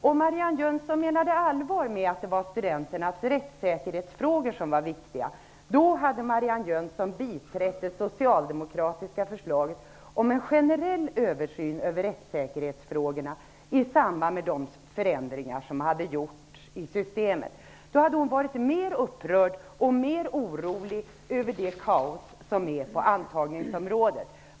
Om Marianne Jönsson menade allvar med att det är studenternas rättssäkerhetsfrågor som är viktiga, då skulle Marianne Jönsson ha biträtt det socialdemokratiska förslaget om en generell översyn av rättssäkerhetsfrågorna i samband med de förändringar som gjorts i systemet. Då hade hon varit mer upprörd och mer orolig över det kaos som råder på antagningsområdet.